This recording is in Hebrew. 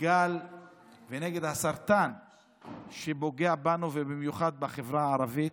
הגל ונגד הסרטן שפוגע בנו ובמיוחד בחברה הערבית,